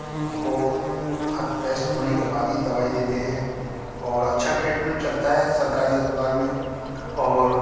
اس کو ہر ٹیسٹ ہونے کے بعد ہی دوائی دیتے ہیں اور اچھا ٹریٹمنٹ چلتا ہے سرکاری اسپتال میں اور